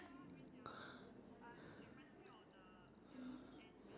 oh no no no listen I will like you know make your cat